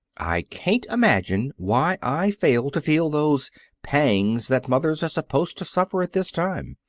i can't imagine why i fail to feel those pangs that mothers are supposed to suffer at this time.